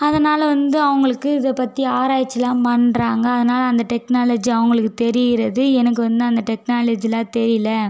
அதனால் வந்து அவங்களுக்கு இதை பற்றி ஆராய்ச்சிலாம் பண்ணுறாங்க அதனால் அந்த டெக்னாலஜி அவங்களுக்கு தெரிகிறது எனக்கு வந்து அந்த டெக்னாலஜிலாம் தெரியல